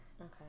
Okay